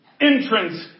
entrance